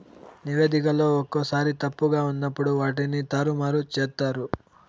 నివేదికలో ఒక్కోసారి తప్పుగా ఉన్నప్పుడు వాటిని తారుమారు చేత్తారు